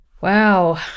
Wow